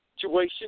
situation